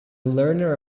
learner